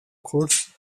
course